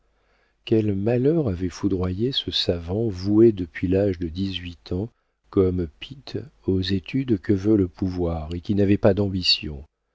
quel malheur avait foudroyé ce savant voué depuis l'âge de dix-huit ans comme pitt aux études que veut le pouvoir et qui n'avait pas d'ambition